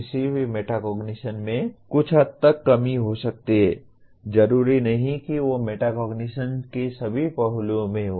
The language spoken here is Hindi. किसी भी मेटाकोग्निशन में कुछ हद तक कमी हो सकती है जरूरी नहीं कि वह मेटाकोग्निशन के सभी पहलुओं में हो